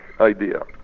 idea